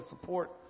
support